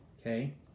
Okay